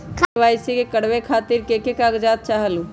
KYC करवे खातीर के के कागजात चाहलु?